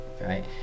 right